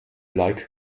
like